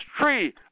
tree